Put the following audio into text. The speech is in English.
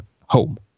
home